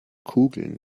kugeln